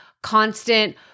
Constant